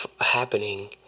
happening